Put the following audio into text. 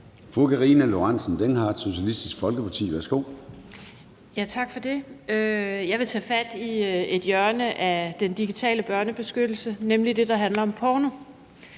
Karina Lorentzen Dehnhardt (SF): Tak for det. Jeg vil tage fat i et hjørne af den digitale børnebeskyttelse, nemlig det, der handler om porno,